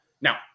Now